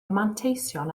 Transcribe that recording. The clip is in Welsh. manteision